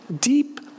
deep